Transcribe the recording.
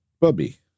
Bubby